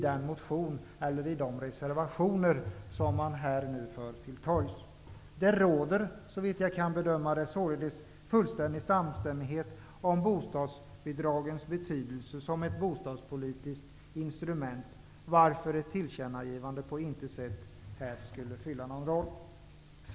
Det råder såvitt jag kan bedöma fullständig samstämmighet om bostadsbidragens betydelse som bostadspolitiskt instrument, varför ett tillkännagivande inte skulle fylla någon roll.